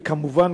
וכמובן,